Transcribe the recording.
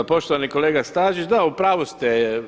Poštovani kolega Stazić, da u pravu ste.